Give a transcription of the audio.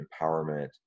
empowerment